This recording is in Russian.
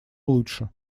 лучше